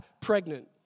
pregnant